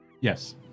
Yes